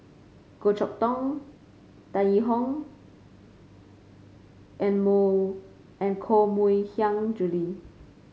Goh Chok Tong Tan Yee Hong and more and Koh Mui Hiang Julie